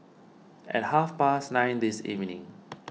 at half past nine this evening